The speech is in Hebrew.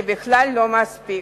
זה בכלל לא מספיק.